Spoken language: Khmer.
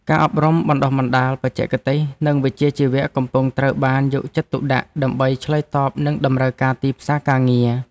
ការអប់រំបណ្តុះបណ្តាលបច្ចេកទេស និងវិជ្ជាជីវៈកំពុងត្រូវបានយកចិត្តទុកដាក់ ដើម្បីឆ្លើយតបនឹងតម្រូវការទីផ្សារការងារ។